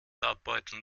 abbeuteln